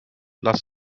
lass